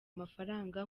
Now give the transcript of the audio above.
amafaranga